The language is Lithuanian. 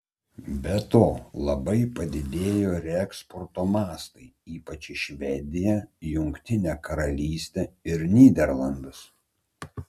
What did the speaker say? be to labai padidėjo reeksporto mastai ypač į švediją jungtinę karalystę ir nyderlandus